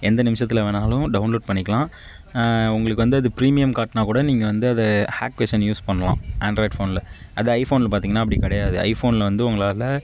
எந்த நிமிசத்தில் வேணாலும் டவுன்லோட் பண்ணிக்கலாம் உங்களுக்கு அது வந்து அது ப்ரீமியம் காட்டினா கூட நீங்கள் வந்து அதை ஹேக் வெர்சன் யூஸ் பண்ணலாம் ஆண்ட்ராய்டு போனில் அதே ஐபோனில் பார்த்தீங்கனா அப்படி கிடையாது ஐபோனில் வந்து உங்களால்